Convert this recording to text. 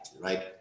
right